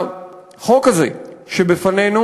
החוק הזה שבפנינו